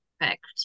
Perfect